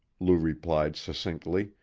lou replied succinctly,